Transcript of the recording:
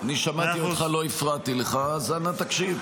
אני שמעתי אותך ולא הפרעתי לך, אז אנא תקשיב.